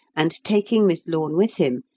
and, taking miss lorne with him,